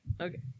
Okay